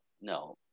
no